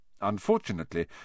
Unfortunately